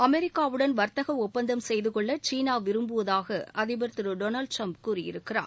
அமெரிக்காவுடன் வர்த்தக ஒப்பந்தம் செய்து கொள்ள சீனா விரும்புவதாக அதிபர் திரு டோனால்டு ட்ரம்ப் கூறியிருக்கிறார்